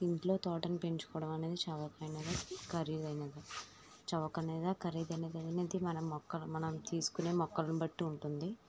ఇంట్లో తోటని పెంచుకోవడం అనేది చవకైనది ఖరీదైనది చవకనేదా ఖరీదైనదా అనేది మనం మొక్కలు మనం తీసుకునే మొక్కలను బట్టి ఉంటుంది